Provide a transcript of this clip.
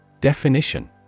Definition